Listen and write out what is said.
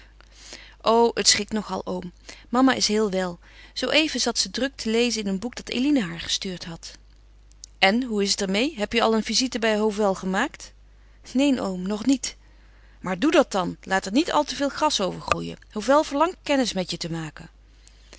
o het schikt nog al oom mama is heel wel zooeven zat ze druk te lezen in een boek dat eline haar gestuurd had en hoe is het er meê heb je al een visite bij hovel gemaakt neen oom nog niet maar doe dat dan laat er niet al te veel gras over groeien hovel verlangt kennis met je te maken